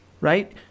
right